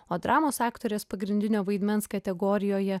o dramos aktorės pagrindinio vaidmens kategorijoje